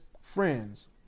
friends